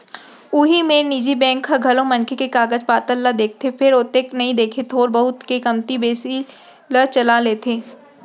उही मेर निजी बेंक ह घलौ मनखे के कागज पातर ल देखथे फेर ओतेक नइ देखय थोर बहुत के कमती बेसी ल चला लेथे